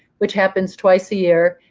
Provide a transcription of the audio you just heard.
which happens twice a year.